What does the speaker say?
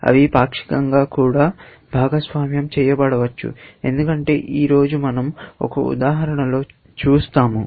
అవి పాక్షికంగా కూడా భాగస్వామ్యం చేయబడవచ్చు ఎందుకంటే ఈ రోజు మనం ఒక ఉదాహరణలో చూస్తాము